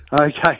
Okay